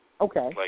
Okay